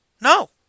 No